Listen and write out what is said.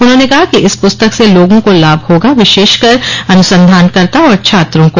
उन्होंने कहा कि इस प्रस्तक से लोगों को लाभ होगा विशेषकर अन्संधानकर्ता और छात्रों को